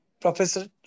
professor